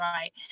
right